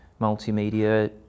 multimedia